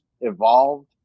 evolved